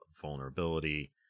vulnerability